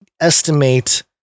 estimate